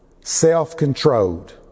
Self-controlled